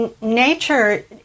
nature